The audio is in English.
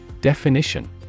Definition